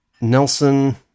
Nelson